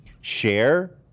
share